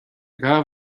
dhá